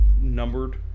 numbered